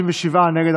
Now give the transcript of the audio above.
57 נגד,